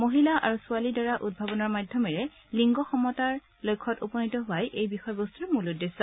মহিলা আৰু ছোৱালীৰ দ্বাৰা উদ্ভাৱনৰ মাধ্যমেৰে লিংগ সমতাৰ লক্ষ্যত উপনীত হোৱাই এই বিষয়বস্তুৰ মূল উদ্দেশ্য